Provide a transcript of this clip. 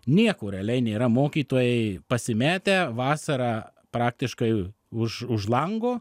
nieko realiai nėra mokytojai pasimetę vasarą praktiškai už už lango